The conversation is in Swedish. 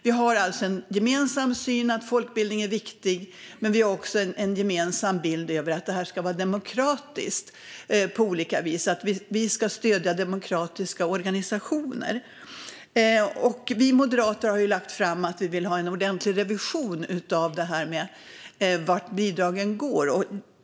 Vi har en gemensam syn på att folkbildning är viktigt, men också på att det ska vara demokratiskt på olika vis. Vi ska stödja demokratiska organisationer. Vi moderater har lagt fram att vi vill ha en ordentlig revision av vart bidragen går.